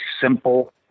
simple